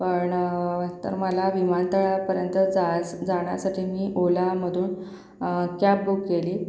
पण तर मला विमानतळापर्यंत जायस् जाणासाठी मी ओलामधून कॅब बुक केली